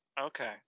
okay